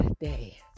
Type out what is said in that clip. day